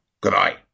Goodbye